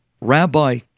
rabbi